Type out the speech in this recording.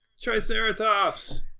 triceratops